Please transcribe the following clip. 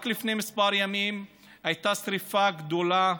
רק לפני כמה ימים הייתה שרפה גדולה,